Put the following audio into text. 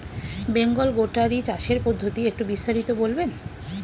Bengal goatery চাষের পদ্ধতি একটু বিস্তারিত বলবেন?